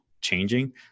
changing